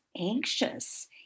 anxious